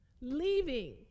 leaving